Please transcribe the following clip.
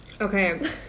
okay